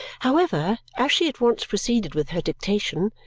however, as she at once proceeded with her dictation,